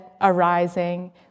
arising